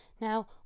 Now